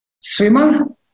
swimmer